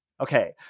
okay